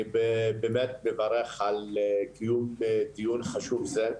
אני באמת מברך על דיון חשוב זה.